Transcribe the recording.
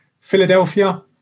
Philadelphia